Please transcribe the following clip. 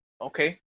Okay